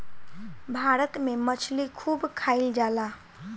भारत में मछली खूब खाईल जाला